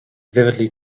vividly